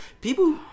People